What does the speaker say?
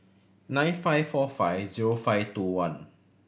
nine five four five zero five two one